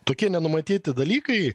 tokie nenumatyti dalykai